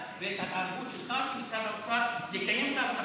ואת ההתערבות שלך כסגן שר האוצר לקיים את ההבטחה.